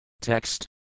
Text